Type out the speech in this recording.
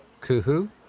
Kuhu